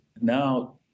Now